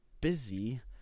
busy